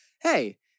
hey